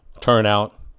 turnout